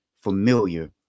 familiar